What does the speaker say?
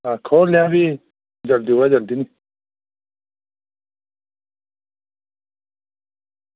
आं खोह्लने आं भी जल्दी कोला जल्दी